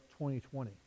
2020